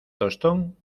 tostón